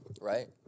Right